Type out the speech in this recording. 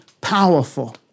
powerful